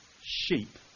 sheep